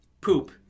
poop